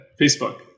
Facebook